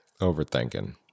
Overthinking